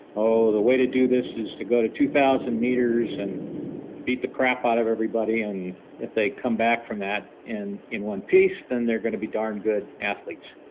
oh, the way to do this is to go to two thousand meters and beat the crap out of everybody and if they come back from that in in one piece then they're going to be darn good athletes.